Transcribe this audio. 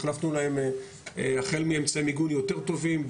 החלפנו להם החל מאמצעי מיגון ליותר טובים,